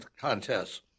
contests